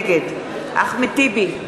נגד אחמד טיבי,